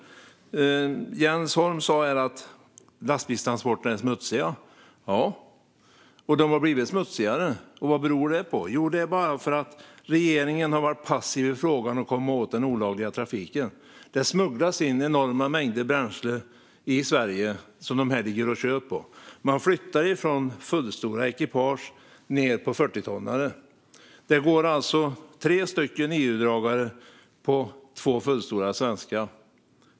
Jens Holm sa att lastbilstransporter är smutsiga. De har blivit smutsigare. Vad beror det på? Jo, det är för att regeringen har varit passiv i fråga om att komma åt den olagliga trafiken. Det smugglas in enorma mängder bränsle i Sverige som dessa lastbilar kör med. Man flyttar från fullstora ekipage ned till 40-tonnare. Det går alltså tre EU-dragare på två fullstora svenska lastbilar.